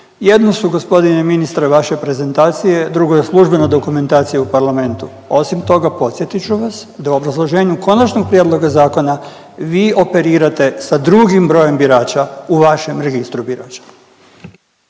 Jedno su gospodine ministre vaše prezentacije, drugo je službena dokumentacija u Parlamentu. A osim toga podsjetit ću vas da u obrazloženju konačnog prijedloga zakona vi operirate sa drugim brojem birača u vašem registru birača.